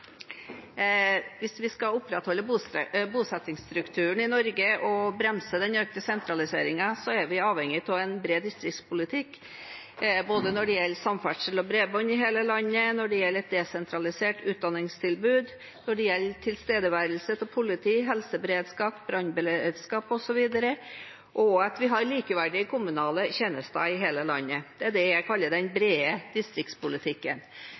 Hvis vi skal opprettholde bosettingsstrukturen i Norge og bremse den økte sentraliseringen, er vi avhengig av en bred distriktspolitikk både når det gjelder samferdsel og bredbånd i hele landet, når det gjelder et desentralisert utdanningstilbud, og når det gjelder tilstedeværelse av politi, helseberedskap, brannberedskap osv., og at vi har likeverdige kommunale tjenester i hele landet. Det er det jeg kaller den brede distriktspolitikken.